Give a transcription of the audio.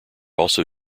also